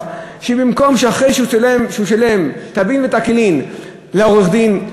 שאחרי שהוא שילם טבין ותקילין לעורך-דין,